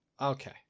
Okay